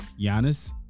Giannis